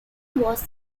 was